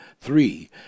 Three